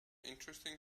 interesting